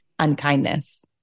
unkindness